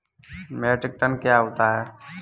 Metric tonne क्या होता है?